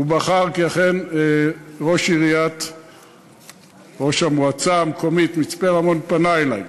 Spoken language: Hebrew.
הוא בחר בה כי אכן ראש המועצה המקומית מצפה-רמון פנה אלי.